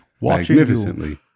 magnificently